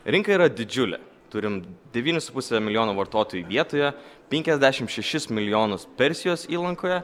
rinka yra didžiulė turim devynis su puse milijono vartotojų vietoje penkiasdešimt šešis milijonus persijos įlankoje